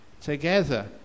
together